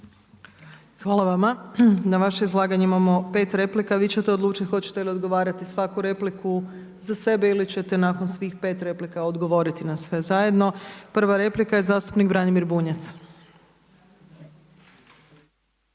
Hvala vama. Na vaše izlaganje imamo 5 replika. Vi ćete odlučiti hoćete li odgovarati svaku repliku za sebe ili ćete nakon svih 5 replika odgovoriti na sve zajedno. Prva replika je zastupnik Branimir Bunjac.